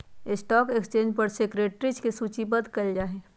stock exchange पर securities के सूचीबद्ध कयल जाहइ